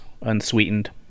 unsweetened